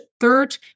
third